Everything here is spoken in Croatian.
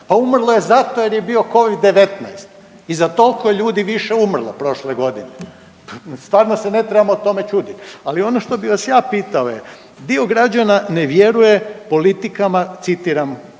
Pa umrlo je zato jer je bio Covid-19 i za toliko je ljudi više umrlo prošle godine, stvarno se ne trebamo tome čuditi. Ali ono što bi vas pitao je, dio građana ne vjeruje politikama citiram